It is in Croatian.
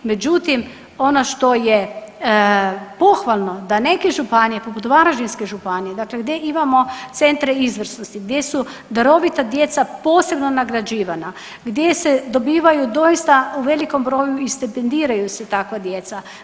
Međutim, ono što je pohvalno da neke županije poput Varaždinske županije, dakle gdje imamo centre izvrsnosti, gdje su darovita djeca posebno nagrađivana, gdje se dobivaju doista u velikom broju i stipendiraju se takva djeca.